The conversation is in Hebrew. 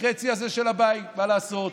החצי הזה של הבית, מה לעשות?